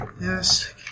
Yes